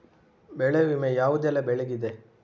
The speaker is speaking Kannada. ಬೆಳೆ ವಿಮೆ ಯಾವುದೆಲ್ಲ ಬೆಳೆಗಿದೆ?